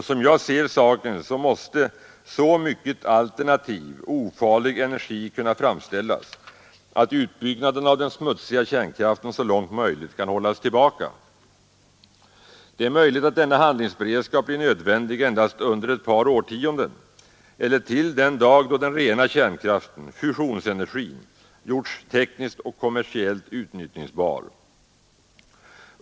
Som jag ser saken måste så mycket alternativ ofarlig energi kunna framställas att utbyggnaden av den smutsiga kärnkraften så långt som möjligt kan hållas tillbaka. Det är tänkbart att denna handlingsberedskap blir nödvändig endast under ett par årtionden eller till den dag då den rena kärnkraften, fusionsenergin, gjorts tekniskt och kommersiellt uttnyttjningsbar.